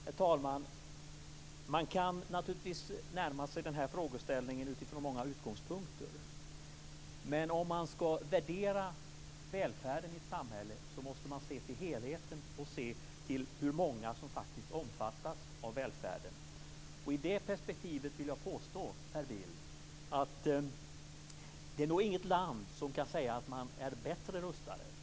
Herr talman! Man kan naturligtvis närma sig den här frågeställningen utifrån många utgångspunkter. Men om man skall värdera välfärden i ett samhälle måste man se till helheten och se till hur många som faktiskt omfattas av välfärden. I det perspektivet vill jag påstå att det nog inte är något annat land som kan säga att man är bättre rustad.